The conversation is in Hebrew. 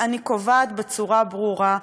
אני קובעת בצורה ברורה,